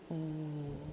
oh